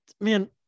Man